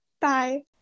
Bye